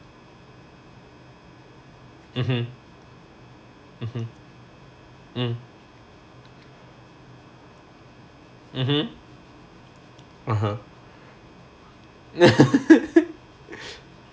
mmhmm mmhmm mm mmhmm (uh huh)